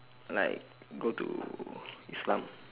like go to islam